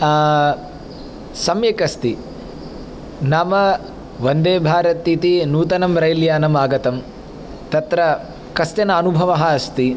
सम्यक् अस्ति नाम वन्देभारत् इति नूतनं रैल् यानम् आगतं तत्र कश्चन अनुभवः अस्ति